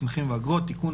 מסמכים ואגרות) (תיקון),